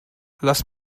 lass